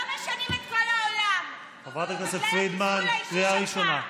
לא משנים את כל העולם בגלל הטיפול האישי שלך.